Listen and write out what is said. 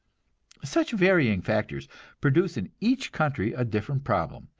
such varying factors produce in each country a different problem,